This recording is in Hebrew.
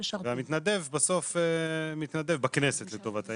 והמתנדב בסוף מתנדב בכנסת, לטובת העניין.